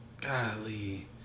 Golly